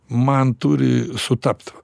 man turi sutapt